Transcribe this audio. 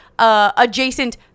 Adjacent